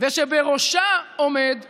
ושבראשו עומד בעלה.